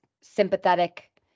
sympathetic